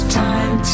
time